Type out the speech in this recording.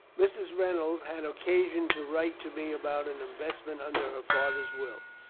mrs. reynolds had occasion to write to me about an investment under her father's will.